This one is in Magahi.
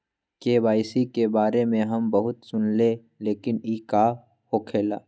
के.वाई.सी के बारे में हम बहुत सुनीले लेकिन इ का होखेला?